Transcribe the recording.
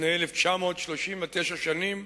לפני 1,939 שנים